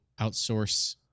outsource